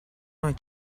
noi